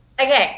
Okay